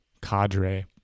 cadre